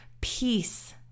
peace